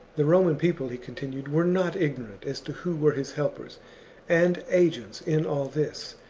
the roman people, he continued, were not ignorant as to who were his helpers and agents in all this.